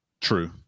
True